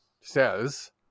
says